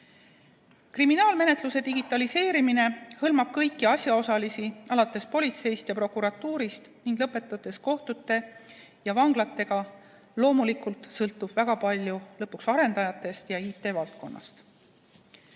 Kriminaalmenetluse digitaliseerimine hõlmab kõiki asjaosalisi, alates politseist ja prokuratuurist ning lõpetades kohtute ja vanglatega. Loomulikult sõltub lõpuks väga palju arendajatest ja IT-valdkonnast.